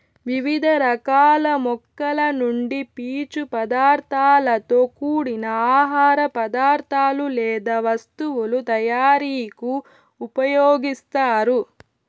వివిధ రకాల మొక్కల నుండి పీచు పదార్థాలతో కూడిన ఆహార పదార్థాలు లేదా వస్తువుల తయారీకు ఉపయోగిస్తారు